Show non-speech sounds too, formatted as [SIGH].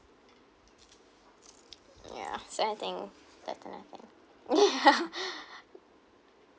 yeah so I think that's another thing yeah [LAUGHS] [BREATH]